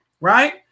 right